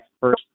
first